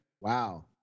wow